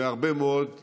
והרבה מאוד הצלחה.